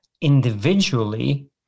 individually